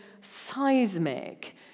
seismic